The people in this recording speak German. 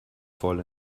voll